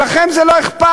אבל לכם זה לא אכפת,